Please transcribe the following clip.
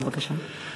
בבקשה.